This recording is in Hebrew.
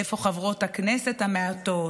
איפה חברות הכנסת המעטות?